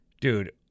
Dude